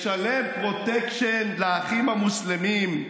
/ לשלם פרוטקשן לאחים המוסלמים.